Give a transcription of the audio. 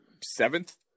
seventh